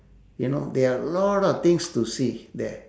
you know there are lot of things to see there